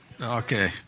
okay